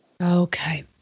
Okay